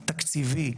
תקציבי,